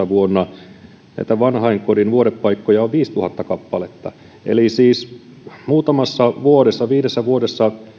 vuonna kaksituhattayhdeksäntoista näitä vanhainkodin vuodepaikkoja on viisituhatta kappaletta eli siis muutamassa vuodessa viidessä vuodessa